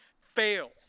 fail